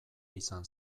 izan